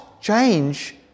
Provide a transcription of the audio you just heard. change